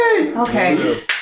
Okay